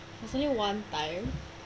there was this one time